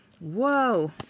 Whoa